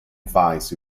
vice